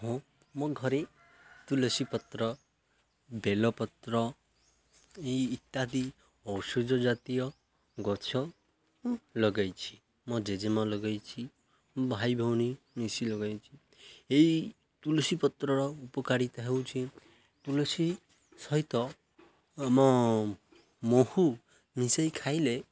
ହଁ ମୋ ଘରେ ତୁଳସୀପତ୍ର ବେଲପତ୍ର ଏଇ ଇତ୍ୟାଦି ଔଷଧ ଜାତୀୟ ଗଛ ମୁଁ ଲଗେଇଛି ମୋ ଜେଜେମା' ଲଗେଇଛି ମୋ ଭାଇ ଭଉଣୀ ମିଶି ଲଗେଇଛି ଏଇ ତୁଳସୀ ପତ୍ରର ଉପକାରିତା ହେଉଛି ତୁଳସୀ ସହିତ ଆମ ମହୁ ମିଶେଇ ଖାଇଲେ